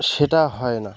সেটা হয় না